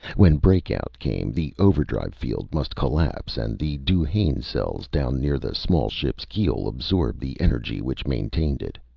when breakout came, the overdrive field must collapse and the duhanne cells down near the small ship's keel absorb the energy which maintained it.